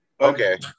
okay